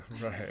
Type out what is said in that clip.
right